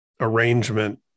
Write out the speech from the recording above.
arrangement